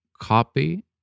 copy